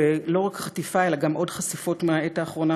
ולא רק חטיפה אלא גם עוד חשיפות מהעת האחרונה,